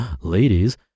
ladies